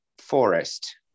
forest